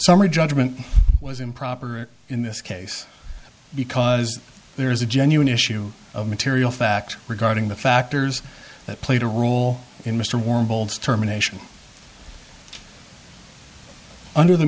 summary judgment was improper in this case because there is a genuine issue of material fact regarding the factors that played a role in mr warbles terminations under the